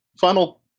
final